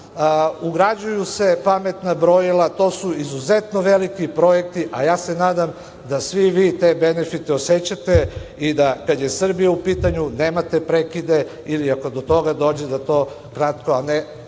ugrađuju se pametna brojila. To su izuzetno veliki projekti, a ja se nadam da svi vi te benefite osećate i da, kad je Srbija u pitanju, nemate prekide ili, ako do toga dođe, to traje kratko, a ne